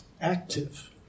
active